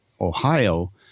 Ohio